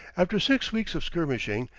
after six weeks of skirmishing,